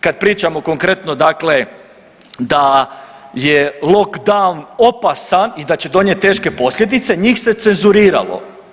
Kad pričam konkretno dakle da je lock down opasan i da će donijeti teške posljedice njih se cenzuriralo.